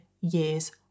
years